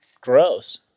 gross